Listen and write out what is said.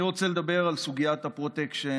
אני רוצה לדבר על סוגיית הפרוטקשן,